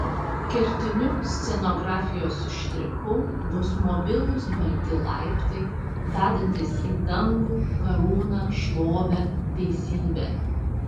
kertiniu scenografijos štrichu bus mobilūs balti laiptai vedantys į dangų karūną šlovę teisybę